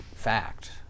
fact